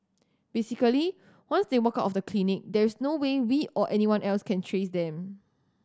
basically once they walk out of the clinic there is no way we or anyone else can trace them